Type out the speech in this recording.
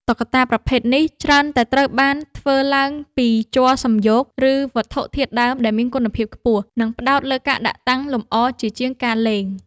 តុក្កតាប្រភេទនេះច្រើនតែត្រូវបានធ្វើឡើងពីជ័រសំយោគ ឬវត្ថុធាតុដើម ដែលមានគុណភាពខ្ពស់ និងផ្ដោតលើការដាក់តាំងលម្អជាជាងការលេង។